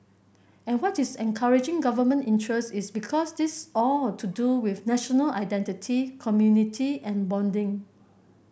and what is encouraging Government interest is because this all to do with national identity community and bonding